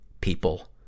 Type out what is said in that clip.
people